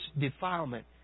defilement